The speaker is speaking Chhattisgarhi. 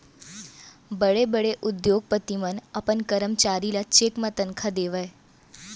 बड़े बड़े उद्योगपति मन अपन करमचारी ल चेक म तनखा देवय